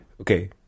okay